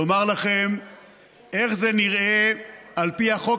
לומר לכם איך זה נראה על פי החוק